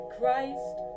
Christ